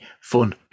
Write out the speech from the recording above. fun